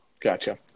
Gotcha